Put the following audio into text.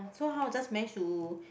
so how just manage to